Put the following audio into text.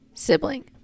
sibling